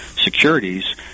Securities